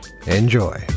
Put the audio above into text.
Enjoy